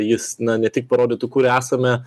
jis na ne tik parodytų kur esame